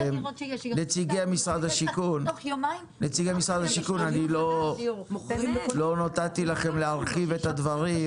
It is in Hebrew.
נציגי משרד השיכון אני לא נתתי לכם להרחיב את הדברים,